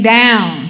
down